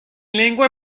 lengua